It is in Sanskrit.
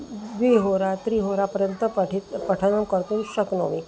द्विहोरा त्रिहोरा पर्यन्तं पठि पठनं कर्तुं शक्नोमि